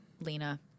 Lena